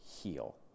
heal